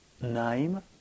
name